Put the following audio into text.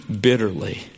bitterly